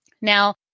Now